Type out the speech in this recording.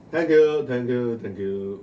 thank you thank you thank you